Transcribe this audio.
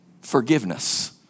forgiveness